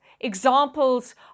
examples